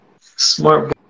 smart